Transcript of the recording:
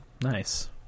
Nice